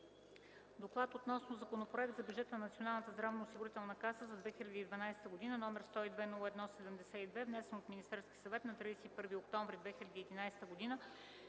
„Доклад относно Законопроект за бюджета на Националната здравноосигурителна каса за 2012 г., № 102-01-72, внесен от Министерския съвет на 31 октомври 2011 г.,